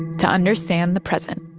to understand the present